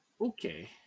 okay